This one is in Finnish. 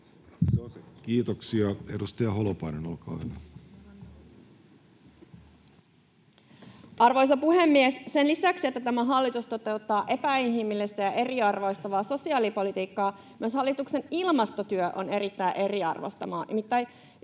Time: 11:00 Content: Arvoisa puhemies! Sen lisäksi, että tämä hallitus toteuttaa epäinhimillistä ja eriarvoistavaa sosiaalipolitiikkaa, myös hallituksen ilmastotyö on erittäin eriarvoistavaa.